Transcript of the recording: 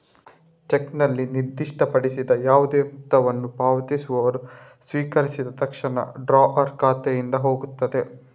ಚೆಕ್ನಲ್ಲಿ ನಿರ್ದಿಷ್ಟಪಡಿಸಿದ ಯಾವುದೇ ಮೊತ್ತವನ್ನು ಪಾವತಿಸುವವರು ಸ್ವೀಕರಿಸಿದ ತಕ್ಷಣ ಡ್ರಾಯರ್ ಖಾತೆಯಿಂದ ಹೋಗ್ತದೆ